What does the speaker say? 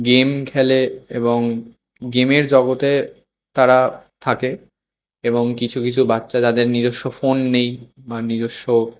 game খেলে এবং গেমের জগতে তারা থাকে এবং কিছু কিছু বাচ্চা যাদের নিজস্ব ফোন নেই মানে নিজস্ব